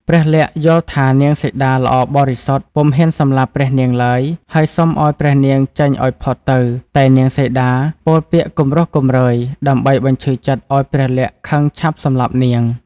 ព្រះលក្សណ៍យល់ថានាងសីតាល្អបរិសុទ្ធ ពុំហ៊ានសម្លាប់ព្រះនាងឡើយ ហើយសុំឱ្យព្រះនាងចេញឱ្យផុតទៅ តែនាងសីតាពោលពាក្យគំរោះគំរើយ ដើម្បីបញ្ឈឺចិត្តឱ្យព្រះលក្សណ៍ខឹងឆាប់សម្លាប់នាង។